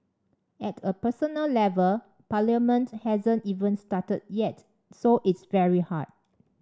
at a personal level Parliament hasn't even started yet so it's very hard